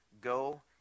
go